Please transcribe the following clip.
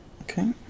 okay